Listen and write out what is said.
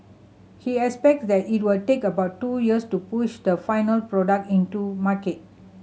he expect that it will take about two years to push the final product into market